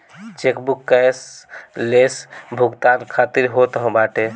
chequebook cashless भुगतान खातिर होत बाटे